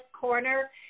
corner